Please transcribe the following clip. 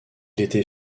était